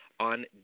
on